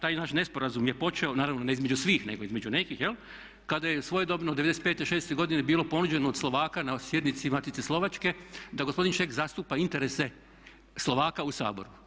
Taj naš nesporazum je počeo, naravno ne između svih nego između nekih jel', kada je svojedobno '95., '96. godine bilo ponuđeno od Slovaka na sjednici Matice slovačke da gospodin Šeks zastupa interese Slovaka u Saboru.